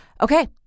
okay